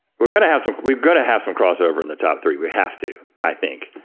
we're gonna have some, we're gonna have some crossover in the top three, we have to, i think.